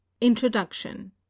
Introduction